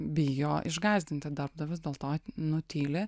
bijo išgąsdinti darbdavius dėl to nutyli